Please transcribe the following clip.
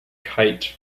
kite